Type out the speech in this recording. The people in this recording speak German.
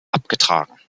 abgetragen